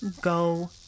Go